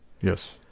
Yes